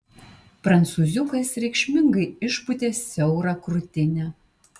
prancūziukas reikšmingai išpūtė siaurą krūtinę